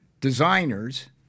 designers